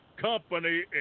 company